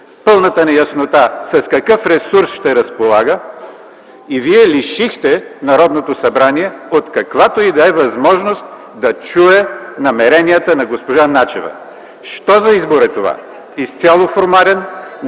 пълната неяснота с какъв ресурс ще разполага? И вие лишихте Народното събрание от каквато и да е възможност да чуе намеренията на госпожа Начева. Що за избор е това? Изцяло формален,